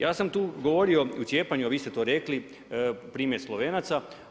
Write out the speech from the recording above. Ja sam tu govorio i u cijepanju a vi ste to rekli, primjer Slovenaca.